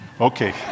Okay